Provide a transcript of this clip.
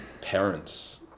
parents